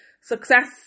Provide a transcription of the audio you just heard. success